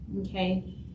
Okay